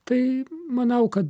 tai manau kad